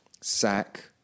sack